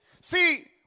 See